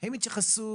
כרגיל הוועדה הזאת,